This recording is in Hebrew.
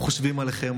חושבים עליכם.